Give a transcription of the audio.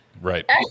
Right